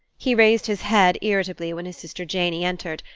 he raised his head irritably when his sister janey entered,